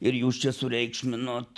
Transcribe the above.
ir jūs čia sureikšminot